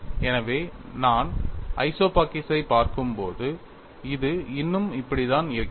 எனவே நான் ஐசோபாகிக்ஸைப் பார்க்கும்போது இது இன்னும் இப்படித்தான் இருக்கிறது